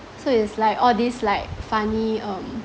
so it's like all these like funny um